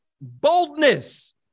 boldness